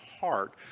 heart